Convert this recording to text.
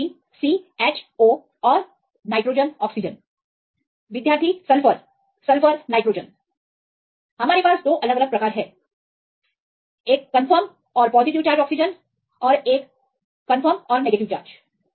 विद्यार्थी Cho और C nitrogen oxygen विद्यार्थी सल्फर Refer Time 2222 सल्फर और नाइट्रोजन हमारे पास 2 अलग अलग प्रकार हैं एक तटस्थ है और अन्य पॉजिटिव चार्ज ऑक्सीजन है हमारे पास 2 प्रकार के तटस्थ और नेगेटिव चार्ज हैं